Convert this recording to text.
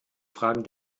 fragen